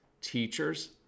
teachers